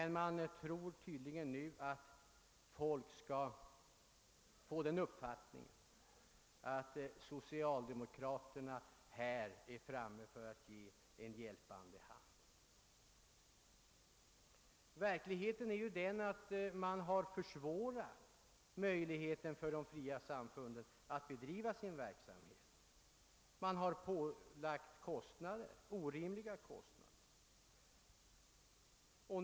Nu hoppas man tydligen att folk skall få den uppfattningen att socialdemokraterna vill räcka frikyrkorna en hjälpande hand. Det verkliga förhållandet har ju varit att man försvårat för de fria samfunden att bedriva sin verksamhet. Man har lagt på dem orimliga kostnader.